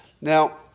now